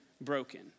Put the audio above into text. broken